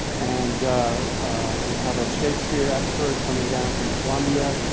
and we have a shakespeare expert coming down from columbia.